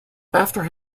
after